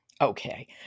Okay